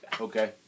Okay